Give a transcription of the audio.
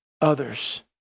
others